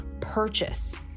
purchase